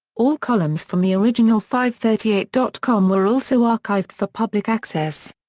all columns from the original fivethirtyeight dot com were also archived for public access.